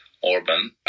Orban